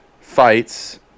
fights